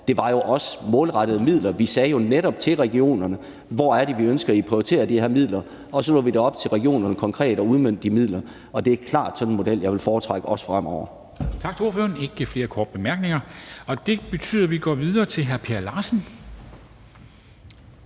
det var jo også målrettede midler. Vi sagde jo netop til regionerne, hvor det var, vi ønskede at de prioriterede de midler, og så lod vi det være op til regionerne konkret at udmønte de midler. Og det er klart sådan en model, jeg vil foretrække også fremover. Kl. 11:14 Formanden (Henrik Dam Kristensen): Tak til ordføreren. Der er ikke flere korte bemærkninger. Det betyder, at vi går videre til hr. Per Larsen,